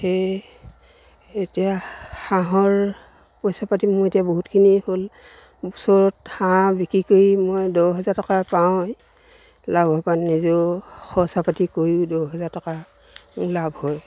সেয়ে এতিয়া হাঁহৰ পইচা পাতি মোৰ এতিয়া বহুতখিনি হ'ল বছৰত হাঁহ বিক্ৰী কৰি মই দহ হেজাৰ টকা পাওঁৱেই লাভৰপৰা নিজেও খৰচা পাতি কৰিও দহ হেজাৰ টকা মোৰ লাভ হ'ল